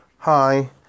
Hi